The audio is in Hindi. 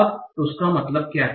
अब उसका मतलब क्या है